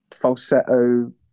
falsetto